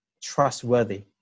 trustworthy